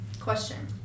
Question